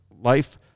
life